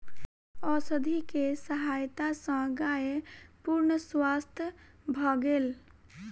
औषधि के सहायता सॅ गाय पूर्ण स्वस्थ भ गेल